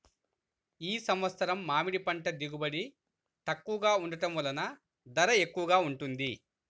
ఈ సంవత్సరం మామిడి పంట దిగుబడి తక్కువగా ఉండటం వలన ధర ఎక్కువగా ఉంది